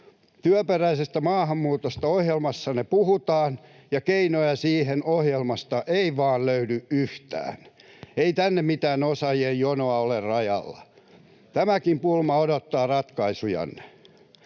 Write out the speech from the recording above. Työperäisestä maahanmuutosta ohjelmassanne puhutaan — keinoja siihen ohjelmasta ei vaan löydy yhtään. Ei tänne mitään osaajien jonoa ole rajalla. Tämäkin pulma odottaa ratkaisujanne.